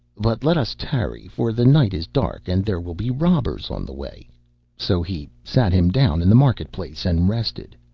but let us tarry, for the night is dark and there will be robbers on the way so he sat him down in the market-place and rested,